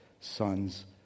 sons